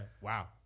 Wow